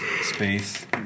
space